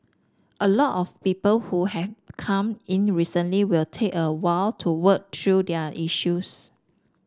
a lot of people who have come in recently will take a while to work through their issues